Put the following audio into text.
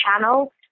channel